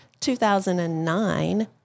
2009